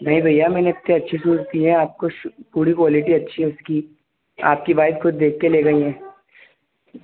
नहीं भैया मैंने इतने अच्छे सूस दिए हैं आपको पूरी क्वालिटी अच्छी है उसकी आपकी वाइफ़ ख़ुद देख कर ले गईं हैं